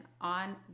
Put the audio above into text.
on